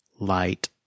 light